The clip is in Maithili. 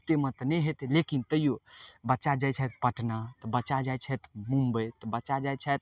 ओतेकमे तऽ नहि हेतै लेकिन तैओ बच्चा जाइ छथि पटना तऽ बच्चा जाइ छथि मुम्बइ तऽ बच्चा जाइ छथि